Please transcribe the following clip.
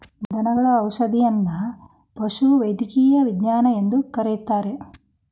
ದನಗಳ ಔಷಧದನ್ನಾ ಪಶುವೈದ್ಯಕೇಯ ವಿಜ್ಞಾನ ಎಂದು ಕರೆಯುತ್ತಾರೆ